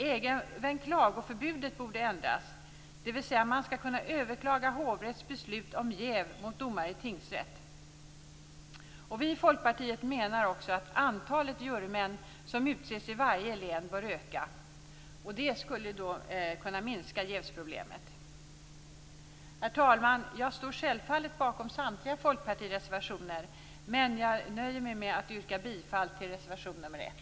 Även klagoförbudet borde ändras, dvs. man skall kunna överklaga hovrätts beslut om jäv mot domare i tingsrätt. Vi i Folkpartiet menar att antalet jurymän som utses i varje län bör öka. Det skulle minska jävsproblemet. Herr talman! Jag står självfallet bakom samtliga Folkpartiets reservationer, men jag nöjer mig med att yrka bifall till reservation nr 1.